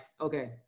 okay